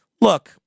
Look